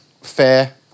FAIR